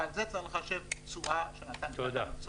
ועל זה צריך לחשב תשואה מסוימת,